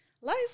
Life